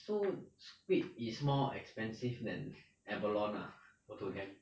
so squid is more expensive than abalone lah to them